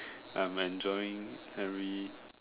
I'm enjoying every